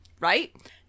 Right